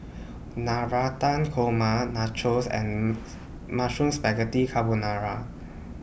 Navratan Korma Nachos and Mushroom Spaghetti Carbonara